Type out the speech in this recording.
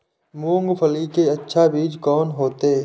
मूंगफली के अच्छा बीज कोन होते?